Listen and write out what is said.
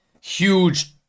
huge